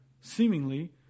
seemingly